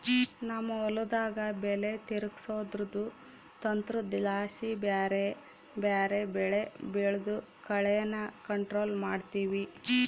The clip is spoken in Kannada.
ನಮ್ ಹೊಲುದಾಗ ಬೆಲೆ ತಿರುಗ್ಸೋದ್ರುದು ತಂತ್ರುದ್ಲಾಸಿ ಬ್ಯಾರೆ ಬ್ಯಾರೆ ಬೆಳೆ ಬೆಳ್ದು ಕಳೇನ ಕಂಟ್ರೋಲ್ ಮಾಡ್ತಿವಿ